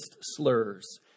slurs